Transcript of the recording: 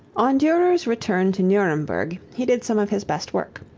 on durer's return to nuremberg he did some of his best work.